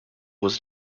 was